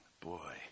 Boy